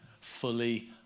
fully